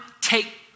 take